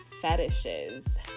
fetishes